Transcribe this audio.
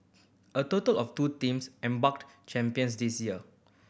a total of two teams champions this year